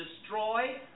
destroy